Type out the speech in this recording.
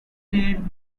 lead